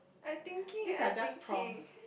I thinking I thinking